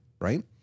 Right